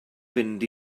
fynd